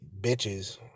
bitches